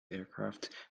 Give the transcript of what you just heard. aircraft